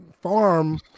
Farm